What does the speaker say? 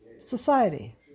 society